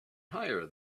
higher